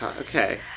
okay